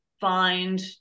find